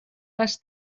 les